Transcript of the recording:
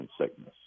sickness